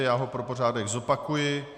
Já ho pro pořádek zopakuji.